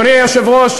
אדוני היושב-ראש,